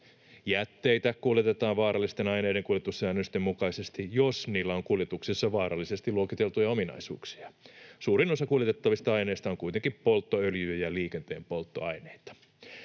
Jätteitä kuljetetaan vaarallisten aineiden kuljetussäännösten mukaisesti, jos niillä on kuljetuksessa vaaralliseksi luokiteltuja ominaisuuksia. Suurin osa kuljetettavista aineista on kuitenkin polttoöljyjä ja liikenteen polttoaineita.